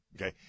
Okay